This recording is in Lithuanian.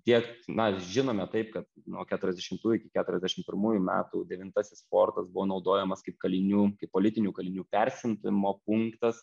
tiek na žinome taip kad nuo keturiasdešimtų iki keturiasdešim pirmųjų metų devintasis fortas buvo naudojamas kaip kalinių kaip politinių kalinių persiuntimo punktas